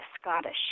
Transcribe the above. Scottish